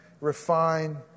refine